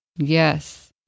Yes